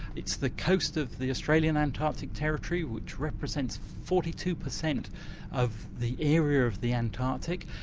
it's the coast of the australian antarctic territory which represents forty two percent of the area of the antarctic,